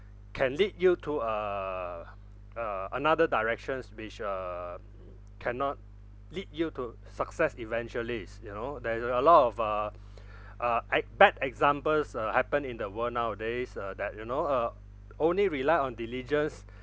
can lead you to uh uh another directions which uh cannot lead you to success eventually you know there is a lot of uh uh bad examples uh happened in the world nowadays uh that you know uh only rely on diligence